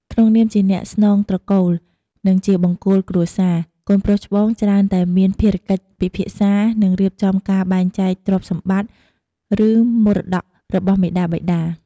ក្នុងនាមជាអ្នកស្នងត្រកូល និងជាបង្គោលគ្រួសារ កូនប្រុសច្បងច្រើនតែមានភារកិច្ចពិភាក្សា និងរៀបចំការបែងចែកទ្រព្យសម្បត្តិ ឬមរតករបស់មាតាបិតា។